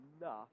enough